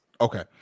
Okay